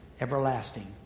everlasting